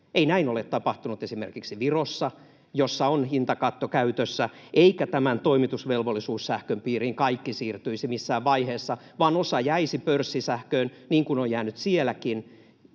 ei näin ole tapahtunut esimerkiksi Virossa, jossa on hintakatto käytössä, eivätkä tämän toimitusvelvollisuussähkön piiriin kaikki siirtyisi missään vaiheessa, vaan osa jäisi pörssisähköön, niin kuin ovat jääneet sielläkin